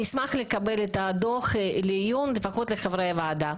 אנחנו נשמח לקבל את הדוח לעיון לפחות לחברי הוועדה.